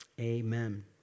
Amen